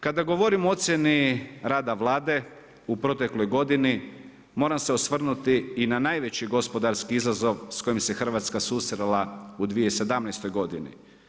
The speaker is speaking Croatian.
Kada govorim o ocjeni rada Vlade u protekloj godini moram se osvrnuti i na najveći gospodarski izazov s kojim se Hrvatska susrela u 2017. godini.